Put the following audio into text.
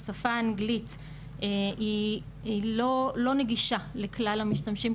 בשפה האנגלית היא לא נגישה לכלל המשתמשים,